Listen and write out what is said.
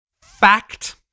fact